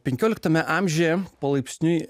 penkioliktame amžiuje palaipsniui